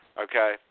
okay